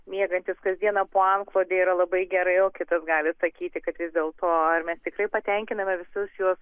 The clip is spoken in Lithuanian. miegantis kasdieną po antklode yra labai gerai o kitas gali sakyti kad dėl to ar mes tikrai patenkiname visus šiuos